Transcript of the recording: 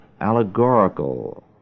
allegorical